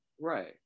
Right